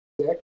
six